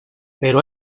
pero